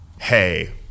hey